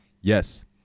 yes